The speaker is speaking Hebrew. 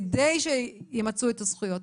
כדי שימצו את הזכויות.